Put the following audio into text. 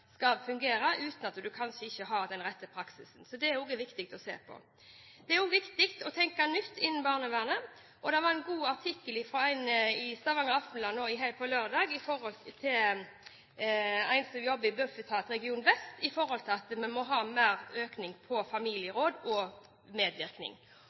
skal fungere, uten at man har den rette praksisen, så det er det også viktig å se på. Det er også viktig å tenke nytt i barnevernet. Det var en god artikkel i Stavanger Aftenblad på lørdag fra en som jobber i Bufetat region vest, med tanke på at vi må ha mer økning på